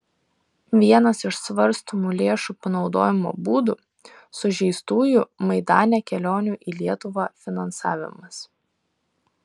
vienas iš svarstomų lėšų panaudojimo būdų sužeistųjų maidane kelionių į lietuvą finansavimas